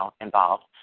involved